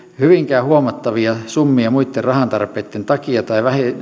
hyvinkään huomattavia summia muitten rahantarpeitten takia tai